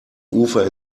ufer